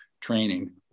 training